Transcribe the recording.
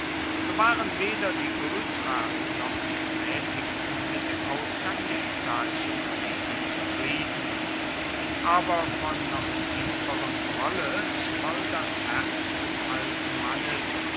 so waren weder die ultras noch die gemäßigten mit dem ausgang der italischen krise zufrieden aber von noch tieferem grolle schwoll das herz des alten mannes